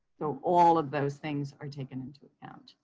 though all of those things are taken into account.